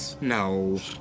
No